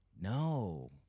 No